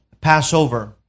Passover